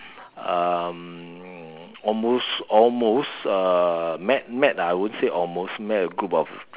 um almost almost uh met met I wouldn't say almost met a group of